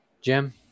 jim